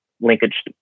linkage